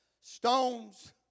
Stones